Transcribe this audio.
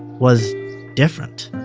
was different.